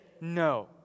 No